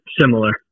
similar